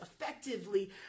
effectively